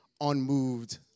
unmoved